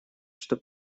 что